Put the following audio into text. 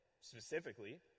Specifically